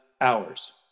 hours